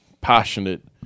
passionate